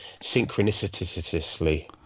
synchronicitously